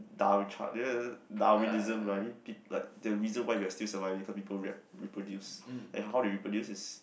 downchart Darwinism like the reason why we are still survive because people wrap reproduce then how do you reproduce is